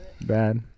bad